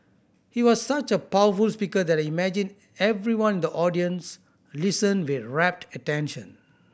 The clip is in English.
he was such a powerful speaker that imagine everyone in the audience listened with rapted attention